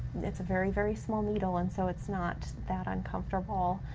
it's a very, very small needle, and so it's not that uncomfortable,